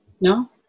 No